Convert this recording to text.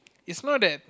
is not that